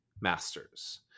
masters